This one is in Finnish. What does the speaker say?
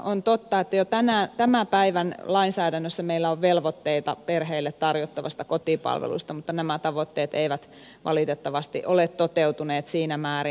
on totta että jo tämän päivän lainsäädännössä meillä on velvoitteita perheille tarjottavasta kotipalvelusta mutta nämä tavoitteet eivät valitettavasti ole toteutuneet siinä määrin